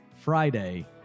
Friday